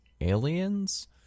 aliens